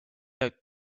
out